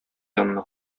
янына